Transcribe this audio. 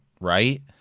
right